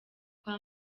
kwa